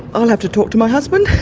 i'll have to talk to my husband,